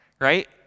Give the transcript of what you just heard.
right